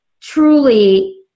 truly